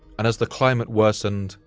and as the climate worsened,